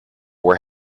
were